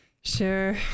sure